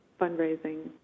fundraising